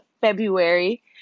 February